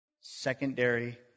Secondary